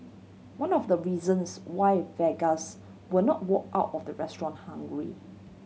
one of the reasons why vegans will not walk out of the restaurant hungry